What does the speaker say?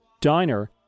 Diner